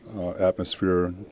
atmosphere